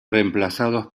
reemplazados